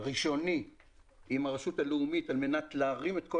ראשוני עם הרשות הלאומית על מנת להרים קומה את כל